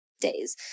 days